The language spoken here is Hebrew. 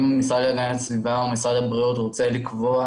אם המשרד להגנת הסביבה או משרד הבריאות רוצה לקבוע